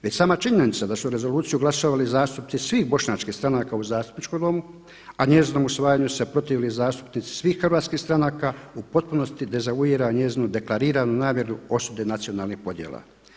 Već sama činjenica da su za rezoluciju glasovali zastupnici svih bošnjačkih stranaka u Zastupničkom domu, a njezinom usvajanju se protivili zastupnici svih hrvatskih stranaka u potpunosti dezavuira njezinu deklariranu namjeru osude nacionalnih podjela.